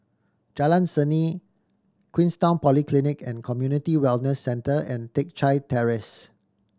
Jalan Seni Queenstown Polyclinic and Community Wellness Centre and Teck Chye Terrace